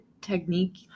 technique